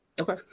Okay